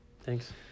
Thanks